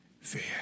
fear